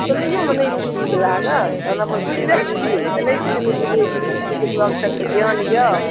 सुनैयो मे नहि ठीक लागत ओना बुझै छियै ई तऽ नहि छै जे नहि बुझै छियै ताहि दुआरऽ सब के ज्ञान यऽ